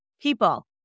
People